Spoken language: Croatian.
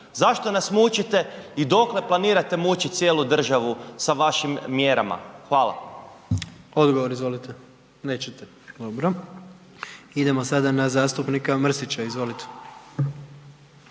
Zašto nas mučite i dokle planirate mučiti cijelu državu sa vašim mjerama? Hvala. **Jandroković, Gordan (HDZ)** Odgovor, izvolite. Nećete. Dobro. Idemo sada na zastupnika Mrsića, izvolite.